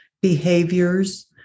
behaviors